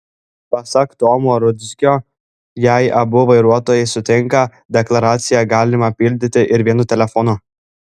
pasak tomo rudzkio jei abu vairuotojai sutinka deklaraciją galima pildyti ir vienu telefonu